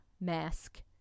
mask